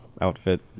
outfit